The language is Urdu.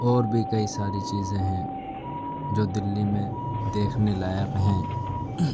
اور بھی کئی ساری چیزیں ہیں جو دہلی میں دیکھنے لائق ہیں